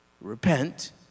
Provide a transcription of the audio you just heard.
repent